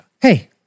Hey